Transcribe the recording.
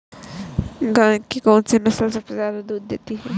गाय की कौनसी नस्ल सबसे ज्यादा दूध देती है?